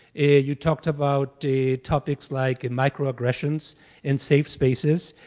you talked about topics like and microaggressions and safe spaces.